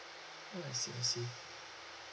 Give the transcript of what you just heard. uh I see I see